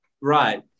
Right